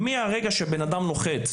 מהרגע שבן אדם נוחת,